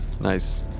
Nice